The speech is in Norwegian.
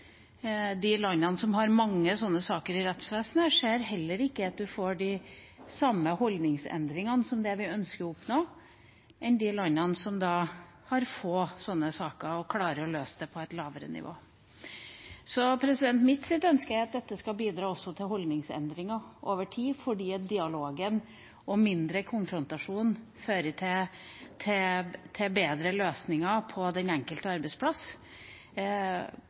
de landene som har mange sånne saker i rettsvesenet, ser man heller ikke at man får de samme holdningsendringene som det vi ønsker å oppnå, slik man gjør i de landene som har få sånne saker, og klarer å løse dem på et lavere nivå. Mitt ønske er at dette også skal bidra til holdningsendringer over tid, fordi dialogen og mindre konfrontasjon fører til bedre løsninger på den enkelte arbeidsplass.